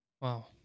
Wow